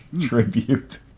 tribute